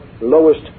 lowest